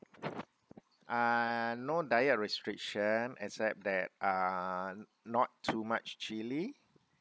uh no diet restrictions except that mm not too much chilli